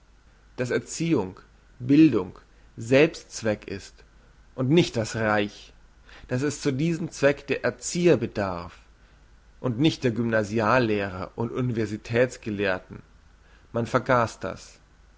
dass erziehung bildung selbst zweck ist und nicht das reich dass es zu diesem zweck der erzieherbedarf und nicht der gymnasiallehrer und universitäts gelehrten man vergass das